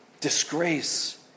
disgrace